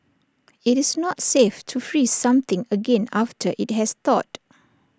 IT is not safe to freeze something again after IT has thawed